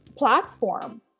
platform